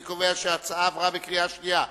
אני קובע שההצעה עברה בקריאה שנייה.